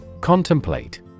Contemplate